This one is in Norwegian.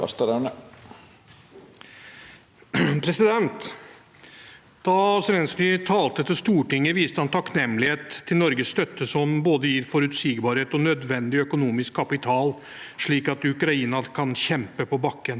Da Zelenskyj tal- te til Stortinget, viste han takknemlighet for Norges støtte, som gir både forutsigbarhet og nødvendig økonomisk kapital, slik at Ukraina kan kjempe på bakken.